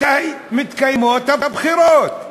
מתי מתקיימות הבחירות?